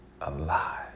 alive